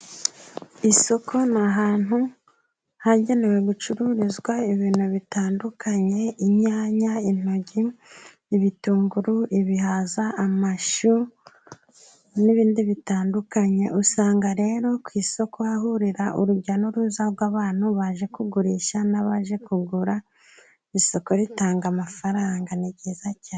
Isoko ni ahantu hagenewe gucururizwa ibintu bitandukanye: inyanya, intoryi, ibitunguru, ibihaza, amashu, n'ibindi bitandukanye, usanga rero ku isoko hahurira urujya n'uruza rw'abantu baje kugurisha n'abaje kugura, isoko ritanga amafaranga, ni byiza cyane.